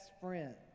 friend